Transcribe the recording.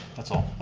that's all,